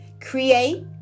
Create